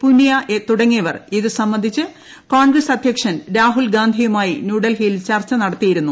പുനിയ തുടങ്ങിയവർ ഇത് സംബന്ധിച്ച് കോൺഗ്രസ് അധ്യക്ഷൻ രാഹുൽഗാന്ധിയുമായി ന്യൂഡൽഹിയിൽ ചർച്ച നടത്തിയിരുന്നു